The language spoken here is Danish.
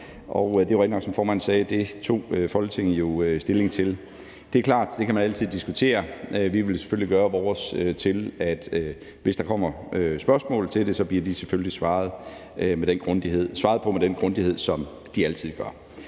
det tog Folketinget stilling til. Det er klart, at man altid kan diskutere det. Vi vil gøre vores til, at hvis der kommer spørgsmål til det, bliver de selvfølgelig svaret på med den grundighed, som de altid gør.